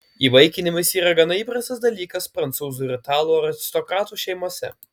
įvaikinimas yra gana įprastas dalykas prancūzų ir italų aristokratų šeimose